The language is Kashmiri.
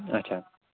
اچھا